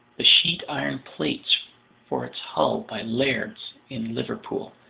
the sheet-iron plates for its hull by laird's in liverpool,